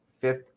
Fifth